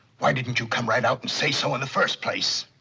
why didn't you come right out and say so in the first place?